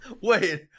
wait